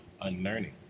Unlearning